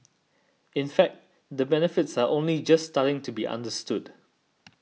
in fact the benefits are only just starting to be understood